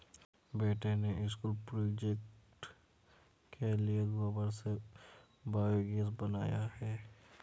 बेटे ने school project के लिए गोबर से बायोगैस बनाया है